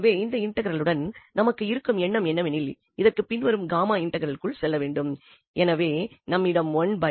எனவே இந்த இன்டெக்ரலுடன் நமக்கு இருக்கும் எண்ணம் என்னவெனில் இதற்கு பின் வரும் காமா இன்டெக்ரலுக்குள் செல்ல வேண்டும்